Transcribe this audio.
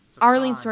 Arlene